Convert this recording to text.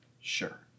Sure